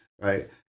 right